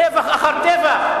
טבח אחר טבח.